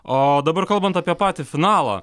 o dabar kalbant apie patį finalą